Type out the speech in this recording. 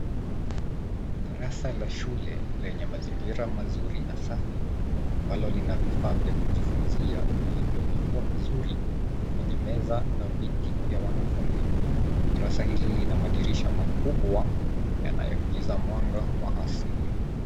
Darasa la shule lenye mazigira mazuri na safi ambalo lina vifaa vya kujifunzia lililopangwa vizuri kwenye meza na viti vya wanafunzi ,darasa hilo lina madiriaha makubwa yanayoingiza mwanga wa asili.